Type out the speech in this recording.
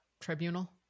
tribunal